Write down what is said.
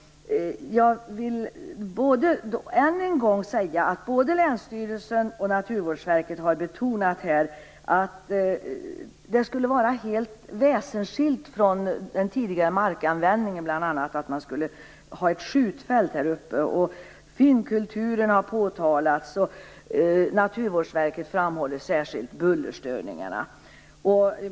Jag vill dock än en gång säga att både länsstyrelsen och Naturvårdsverket har betonat att det skulle vara helt väsensskilt från den tidigare markanvändningen att ha ett skjutfält i det här området. Finnkulturen har omtalats, och Naturvårdsverket framhåller särskilt bullerstörningarna.